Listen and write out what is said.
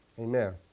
Amen